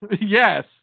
yes